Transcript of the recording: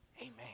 Amen